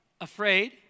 Afraid